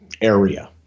area